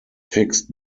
fixed